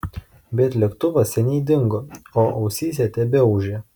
bet lėktuvas seniai dingo o ausyse tebeūžė